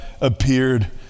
appeared